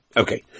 okay